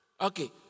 okay